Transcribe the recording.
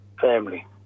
family